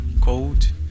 cold